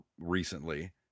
recently